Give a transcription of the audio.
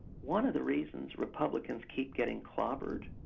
one of the reasons republicans keep getting clobbered